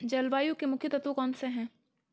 जलवायु के मुख्य तत्व कौनसे हैं?